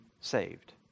saved